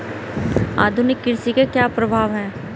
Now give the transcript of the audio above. आधुनिक कृषि के क्या प्रभाव हैं?